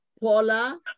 Paula